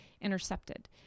intercepted